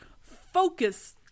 Focus